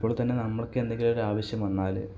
ഇപ്പള് തന്നെ നമ്മൾക്കെന്തെങ്കിലും ഒരു ആവശ്യം വന്നാല്